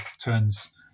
turns